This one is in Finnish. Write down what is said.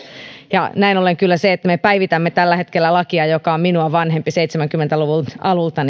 näin ollen kyllä se että me päivitämme tällä hetkellä lakia joka on minua vanhempi seitsemänkymmentä luvun alusta